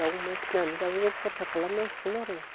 दाउ अमा फिनानैब्लाबो जों खरसा खालाम नांसिगोन आरो